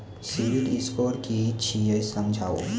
Civil score कि छियै समझाऊ?